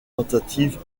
tentatives